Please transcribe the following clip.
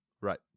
Right